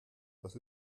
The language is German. das